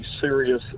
serious